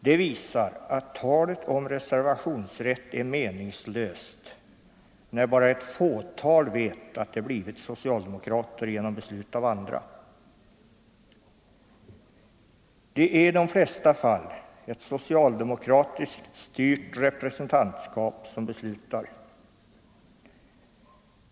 Det visar att reservationsrätten är meningslös — bara ett fåtal vet att de blivit socialdemokrater genom beslut av andra. Det är i de flesta fall ett socialdemokratiskt styrt representantskap som beslutar.